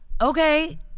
okay